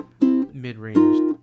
mid-range